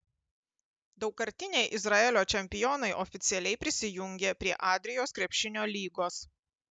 daugkartiniai izraelio čempionai oficialiai prisijungė prie adrijos krepšinio lygos